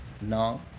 No